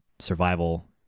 survival